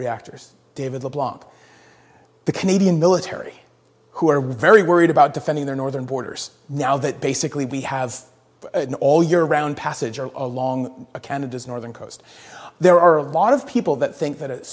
reactors david the blob the canadian military who are very worried about defending their northern borders now that basically we have all year round passage or along a canada's northern coast there are a lot of people that think that